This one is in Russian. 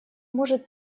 может